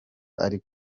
ari